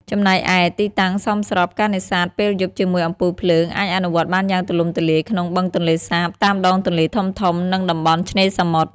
ចំណែកឯ ទីតាំងសមស្រប ការនេសាទពេលយប់ជាមួយអំពូលភ្លើង អាចអនុវត្តបានយ៉ាងទូលំទូលាយក្នុង បឹងទន្លេសាប តាមដងទន្លេធំៗ និងតំបន់ឆ្នេរសមុទ្រ។